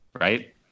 Right